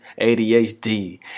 ADHD